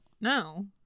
No